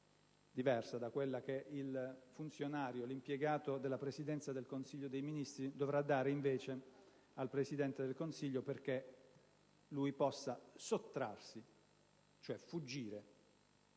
diversa da quella che l'impiegato della Presidenza del Consiglio dei ministri dovrà dare invece al Presidente del Consiglio perché possa sottrarsi, cioè fuggire